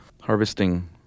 harvesting